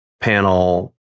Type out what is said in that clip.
panel